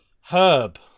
Herb